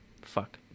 Fuck